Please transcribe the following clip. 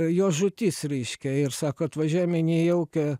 jo žūtis reiškia ir sako atvažiavom į nejaukią